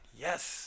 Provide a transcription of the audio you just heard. Yes